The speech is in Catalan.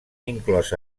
inclòs